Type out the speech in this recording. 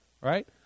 right